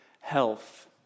health